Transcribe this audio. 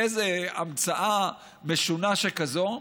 איזה המצאה משונה שכזאת.